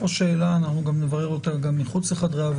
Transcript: אנחנו לא רוצים לייצר מעקפים.